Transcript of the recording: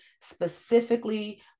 specifically